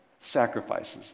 sacrifices